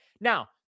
now